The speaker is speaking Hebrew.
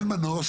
אין מנוס